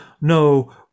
no